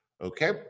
Okay